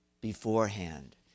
beforehand